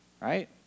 Right